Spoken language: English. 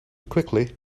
quickly